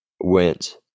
went